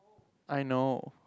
I know